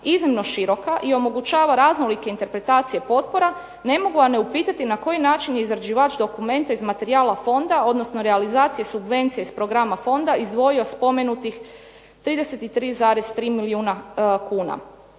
iznimno široka i omogućava raznolike interpretacije potpora, ne mogu a ne upitati na koji način je izrađivač dokumenta iz materijala fonda, odnosno realizacije subvencije iz programa fonda izdvojio spomenutih 33,3 milijuna kuna.